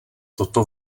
toto